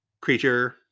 creature